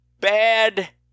Bad